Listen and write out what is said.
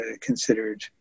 considered